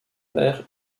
père